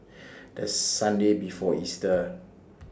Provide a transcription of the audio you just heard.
The Sunday before Easter